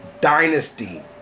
dynasty